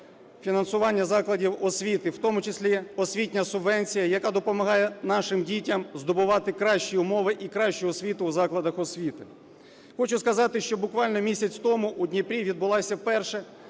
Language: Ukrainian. фінансування закладів освіти, в тому числі освітня субвенція, яка допомагає нашим дітям здобувати кращі умови і кращу освіту у закладах освіти. Хочу сказати, що буквально місяць тому у Дніпрі відбулася перша